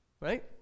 right